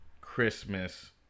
Christmas